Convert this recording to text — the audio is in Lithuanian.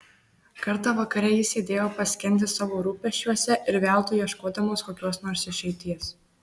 kartą vakare jis sėdėjo paskendęs savo rūpesčiuose ir veltui ieškodamas kokios nors išeities